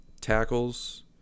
tackles